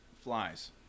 flies